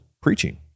preaching